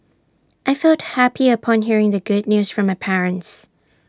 I felt happy upon hearing the good news from my parents